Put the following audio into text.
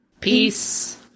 Peace